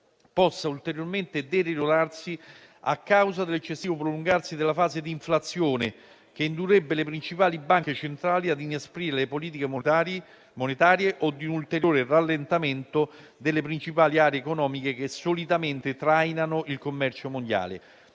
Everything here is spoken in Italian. possa ulteriormente deteriorarsi a causa dell'eccessivo prolungarsi della fase di inflazione, che indurrebbe le principali banche centrali ad inasprire le politiche monetarie, o di un ulteriore rallentamento delle principali aree economiche che solitamente trainano il commercio mondiale.